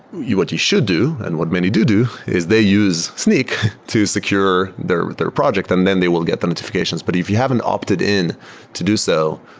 what you should do and what many do do is they use snyk to secure their their project and then they will get the notifications. but if you haven't opted in to do so,